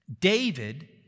David